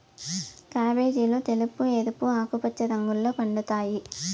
క్యాబేజీలు తెలుపు, ఎరుపు, ఆకుపచ్చ రంగుల్లో పండుతాయి